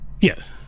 Yes